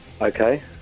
Okay